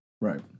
right